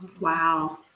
Wow